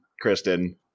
Kristen